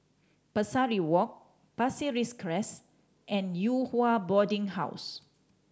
Pesari Walk Pasir Ris Crest and Yew Hua Boarding House